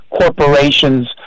corporations